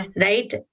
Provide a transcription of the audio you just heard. right